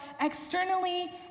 externally